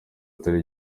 atari